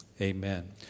amen